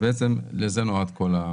בעצם לזה זה נועד.